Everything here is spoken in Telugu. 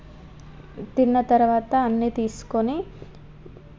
తిన్న తర్వాత అన్నీ తీసుకొని